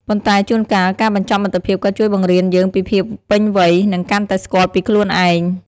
ប៉ុន្តែជួនកាល ការបញ្ចប់មិត្តភាពក៏ជួយបង្រៀនយើងពីភាពពេញវ័យ និងកាន់តែស្គាល់ពីខ្លួនឯង។